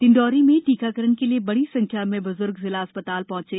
डिंडोरी में टीकाकरण के लिए बड़ी संख्या में ब्ज्र्ग जिला चिकित्सालय थ्हंचे